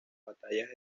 batallas